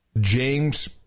James